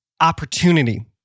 opportunity